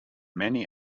many